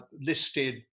listed